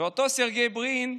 ואותו סרגיי ברין,